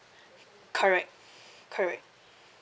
correct correct